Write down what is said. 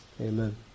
Amen